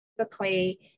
typically